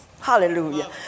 hallelujah